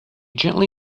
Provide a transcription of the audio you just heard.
gently